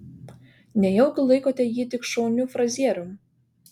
nejaugi laikote jį tik šauniu frazierium